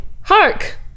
Hark